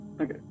Okay